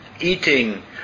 eating